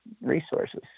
resources